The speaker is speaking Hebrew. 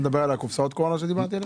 אתה מדבר על קופסאות הקורונה שדיברתי עליהן?